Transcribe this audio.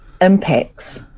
impacts